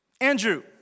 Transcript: Andrew